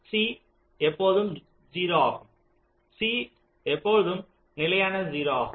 c எப்போதும் 0 ஆகும் c எப்பொழுதும் நிலையான 0 ஆகும்